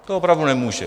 To opravdu nemůže.